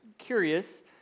Curious